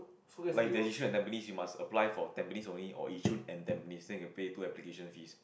like the issue at Tampines you must apply for Tampines only or Yishun and Tampines then you can pay two application fees